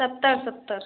सत्तर सत्तर